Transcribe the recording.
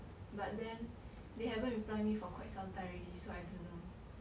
but then they haven't reply me for quite some time already so I don't know